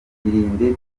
irinde